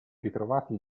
ritrovati